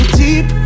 deep